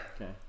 Okay